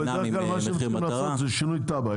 בדרך כלל, מה שיכולים לעשות זה שינוי תב"ע.